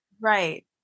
right